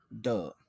Duh